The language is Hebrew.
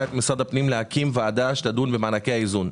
את משרד הפנים להקים ועדה שתדון במענקי האיזון.